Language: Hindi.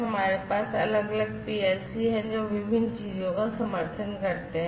हमारे पास अलग अलग PLC हैं जो विभिन्न चीजों का समर्थन करते हैं